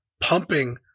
pumping